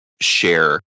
share